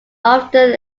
often